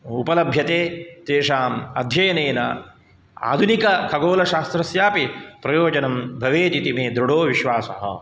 उपलभ्यते तेषाम् अध्ययनेन आधुनिकखगोलशास्त्रस्यापि प्रयोजनं भवेदिति मे दृढो विश्वासः